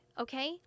Okay